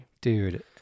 Dude